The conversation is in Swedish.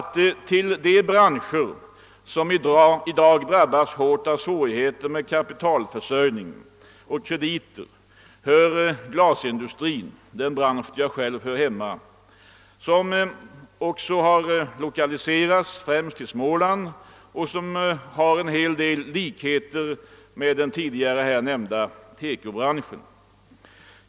Till de branscher som i dag drabbas hårt av svårigheter med kapitalförsörjning och krediter hör glasindustrin, den bransch där jag själv hör hemma. Den är främst lokaliserad till Småland och uppvisar en hel del likheter med den tidigare nämnda TEKO-branschen.